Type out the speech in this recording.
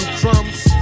crumbs